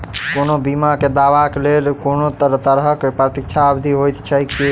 कोनो बीमा केँ दावाक लेल कोनों तरहक प्रतीक्षा अवधि होइत छैक की?